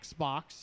Xbox